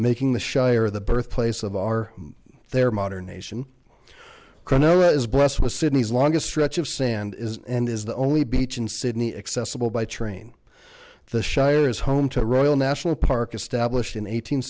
making the shyer the birthplace of our their modern nation quinoa is blessed with sydney's longest stretch of sand is and is the only beach in sydney accessible by train the shire is home to royal national park established in eight